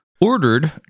ordered